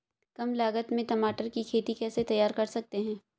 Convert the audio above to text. कम लागत में टमाटर की खेती कैसे तैयार कर सकते हैं?